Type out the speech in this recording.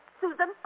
Susan